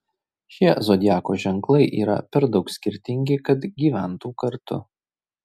šie zodiako ženklai yra per daug skirtingi kad gyventų kartu